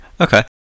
okay